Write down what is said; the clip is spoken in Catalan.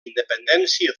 independència